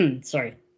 sorry